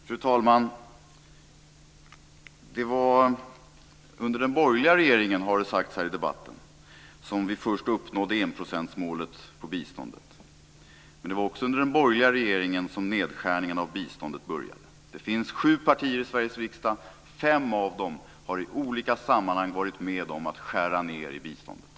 Fru talman! Det var under den borgerliga regeringen, har det sagts här i debatten, som vi först uppnådde enprocentsmålet i biståndet. Men det var också under den borgerliga regeringen som nedskärningen av biståndet började. Det finns sju partier i Sveriges riksdag. Fem av dem har i olika sammanhang varit med om att skära ned i biståndet.